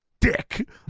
Dick